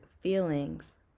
feelings